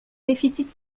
déficit